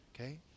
okay